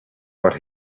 what